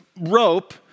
rope